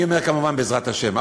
אני אומר כמובן בעזרת השם,